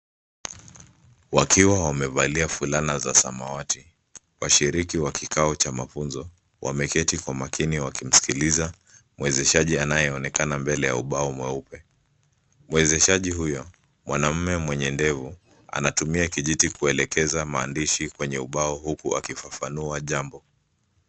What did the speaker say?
Wakiwa wamevalia fulana za samawati, washiriki wa kikao cha mafunzo wameketi kwa makini wakimsikiliza mwezeshaji anayeonekana mbele ya ubao mweupe. Mwezishaji huyo mwanamume mwenye ndevu anatumia kijiti kuelekeza maandishi kwenye ubao huku akifafanua jambo.